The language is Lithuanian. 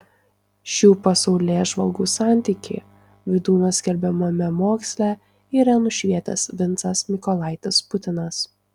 šių pasaulėžvalgų santykį vydūno skelbiamame moksle yra nušvietęs vincas mykolaitis putinas